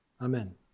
amen